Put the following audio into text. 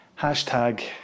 Hashtag